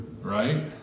Right